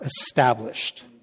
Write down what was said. established